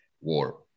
war